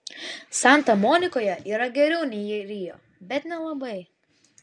santa monikoje yra geriau nei rio bet nelabai